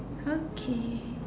okay